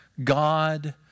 God